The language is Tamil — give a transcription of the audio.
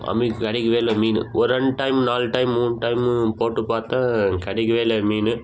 ஆ மீன் கிடைக்கவே இல்லை மீன் ஒரு ரெண்டு டைம் நாலு டைம் மூணு டைமும் போட்டு பார்த்தேன் கிடைக்கவே இல்லை மீன்